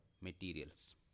materials